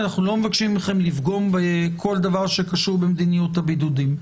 אנחנו לא מבקשים מכם לפגום בכל דבר שקשור במדיניות הבידודים.